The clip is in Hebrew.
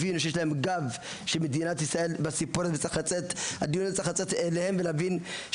שיש להם ״גב״ ממדינת ישראל: מהדיון הזה צריך לצאת אליהם מסר ברור,